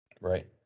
Right